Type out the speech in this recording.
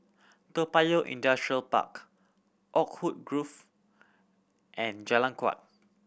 Toa Payoh Industrial Park Oakwood Grove and Jalan Kuak